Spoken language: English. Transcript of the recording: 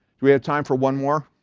do we have time for one more?